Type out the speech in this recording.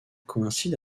coïncide